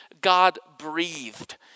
God-breathed